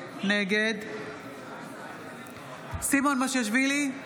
נגד סימון מושיאשוילי,